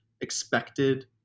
expected